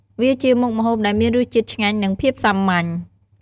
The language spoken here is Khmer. វាជាមុខម្ហូបដែលមានរសជាតិឆ្ងាញ់និងភាពសាមញ្ញ។